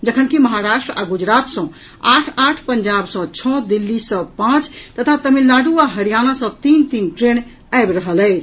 जखनकि महाराष्ट्र आ गुजरात सँ आठ आठ पंजाब सँ छओ दिल्ली सँ पांच तथा तमिलनाडू आ हरियाणा सँ तीन तीन ट्रेन आबि रहल अछि